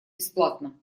бесплатно